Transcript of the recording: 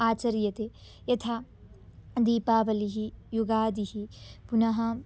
आचर्यते यथा दीपावलिः युगादिः पुनः